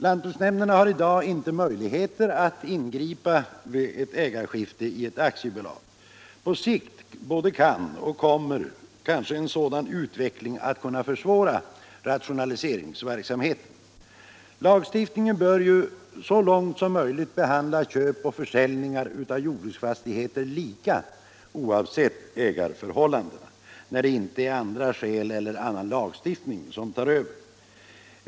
Lantbruksnämnderna har i dag inte möjligheter att ingripa vid ett ägarskifte i ett aktiebolag. På sikt kan — och kanske kommer — en sådan utveckling att kunna försvåra rationaliseringsverksamheten. Lagstiftningen bör ju dock så långt möjligt behandla köp och försäljningar av jordbruksfastigheter lika, oavsett ägarförhållandena, när det inte är andra skäl eller annan lagstiftning som tar över.